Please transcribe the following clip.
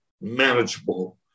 manageable